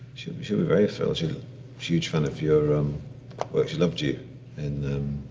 she'll be she'll be very thrilled. she's a huge fan of your um work. she loved you in.